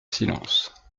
silence